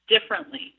differently